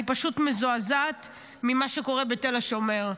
אני פשוט מזועזעת ממה שקורה בתל השומר,